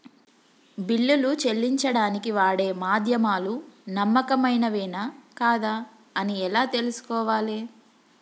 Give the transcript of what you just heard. బిల్లులు చెల్లించడానికి వాడే మాధ్యమాలు నమ్మకమైనవేనా కాదా అని ఎలా తెలుసుకోవాలే?